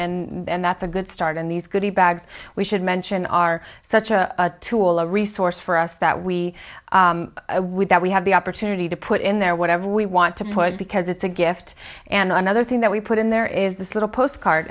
that's and that's a good start and these goody bags we should mention are such a tool a resource for us that we would that we have the opportunity to put in there whatever we want to put because it's a gift and another thing that we put in there is this little postcard